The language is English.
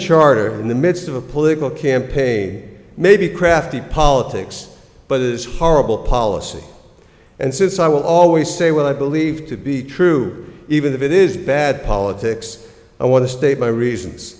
charter in the midst of a political campaign may be crafty politics but it is horrible policy and since i will always say what i believe to be true even if it is bad politics i want to state my reasons